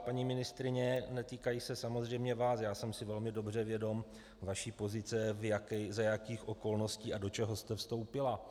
Paní ministryně, netýkají se samozřejmě vás, já jsem si velmi dobře vědom vaší pozice, za jakých okolností a do čeho jste vstoupila.